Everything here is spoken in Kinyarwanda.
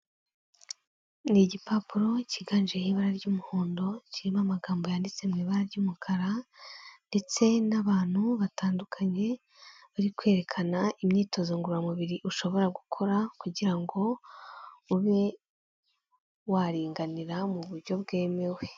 Ni igipapuro cyiganjeho ibara ry'umuhondo, kirimo amagambo yanditse mu ibara ry'umukara ndetse n'abantu batandukanye, bari kwerekana imyitozo ngororamubiri ushobora gukora, kugira ngo ube waringanira mu buryo bwemewe.